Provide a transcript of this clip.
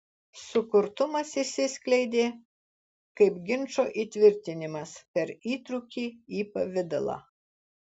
sukurtumas išsiskleidė kaip ginčo įtvirtinimas per įtrūkį į pavidalą